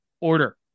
order